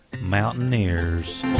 Mountaineers